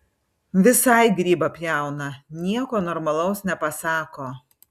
visai grybą pjauna nieko normalaus nepasako